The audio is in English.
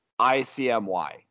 icmy